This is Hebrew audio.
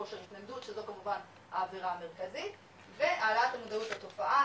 כושר התנגדות שזאת כמובן העבירה המרכזית והעלאת המודעות לתופעה,